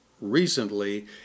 recently